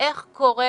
- שאפילו